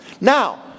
Now